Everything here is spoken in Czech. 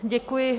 Děkuji.